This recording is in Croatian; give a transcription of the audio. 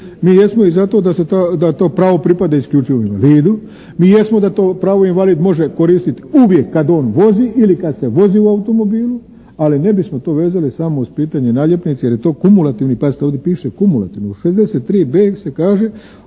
mi jesmo i za to da se to pravo pripada isključivo invalidu, mi jesmo da to pravo invalid može koristiti uvijek kad on vozi ili kad se vozi u automobilu, ali ne bismo to vezali samo uz pitanje naljepnice jer je to kumulativni, pazite ovdje piše "kumulativni". U 63.b se kaže